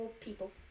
people